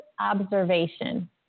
observation